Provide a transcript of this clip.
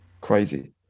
Crazy